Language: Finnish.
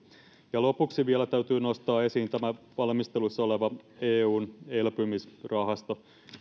lopuksi vielä täytyy nostaa esiin tämä valmistelussa oleva eun elpymisrahasto